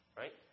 right